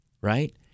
right